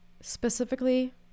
specifically